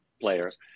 players